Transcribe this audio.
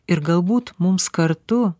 ir galbūt mums kartu